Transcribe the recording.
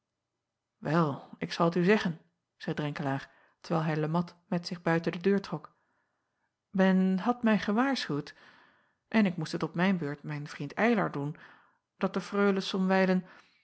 el ik zal t u zeggen zeî renkelaer terwijl hij e at met zich buiten de deur trok men had mij gewaarschuwd en ik moest het op mijn beurt mijn vriend ylar doen dat de reule